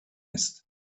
ist